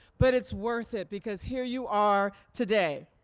but it's worth it, because here you are today.